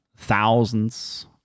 Thousands